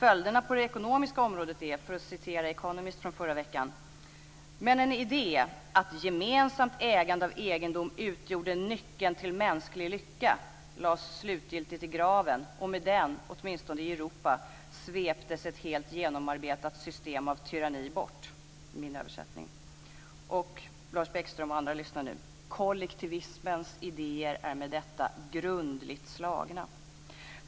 Följderna på det ekonomiska området är enligt förra veckans nummer av The Economist: Men en idé att gemensamt ägande av egendom utgjorde nyckeln till mänsklig lycka lades slutgiltigt i graven och med den - åtminstone i Europa - sveptes ett helt genomarbetet system av tyranni bort - min översättning. Och Lars Bäckström och andra lyssna nu. Kollektivismens idé är med detta grundligt slagen.